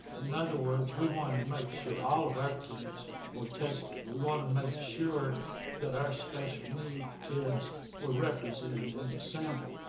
in other words, we wanted to make sure all of our kids were tested. we want to make sure that our special need kids were represented in the sample.